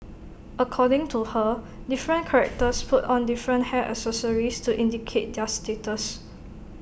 according to her different characters put on different hair accessories to indicate their status